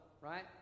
right